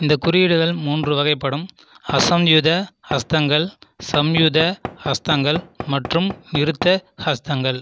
இந்த குறியீடுகள் மூன்று வகைப்படும் அஸம்யுத ஹஸ்தங்கள் சம்யுத ஹஸ்தங்கள் மற்றும் நிருத்த ஹஸ்தங்கள்